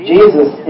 Jesus